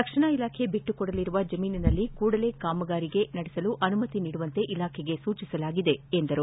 ರಕ್ಷಣಾ ಇಲಾಖೆ ಬಿಟ್ಟುಕೊಡಲಿರುವ ಜಮೀನಿನಲ್ಲಿ ಕೂಡಲೇ ಕಾಮಗಾರಿಗೆ ನಡೆಸಲು ಅನುಮತಿ ನೀಡುವಂತೆ ಇಲಾಖೆಗೆ ಸೂಚಿಸಲಾಗಿದೆ ಎಂದರು